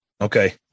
Okay